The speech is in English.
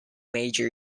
major